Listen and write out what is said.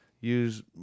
Use